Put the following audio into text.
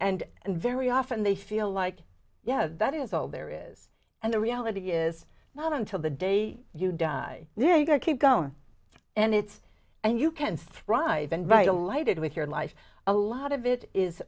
and and very often they feel like yeah that is all there is and the reality is not until the day you die they're going to keep going and it's and you can't thrive and right alighted with your life a lot of it is